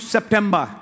September